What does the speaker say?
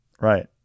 Right